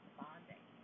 bonding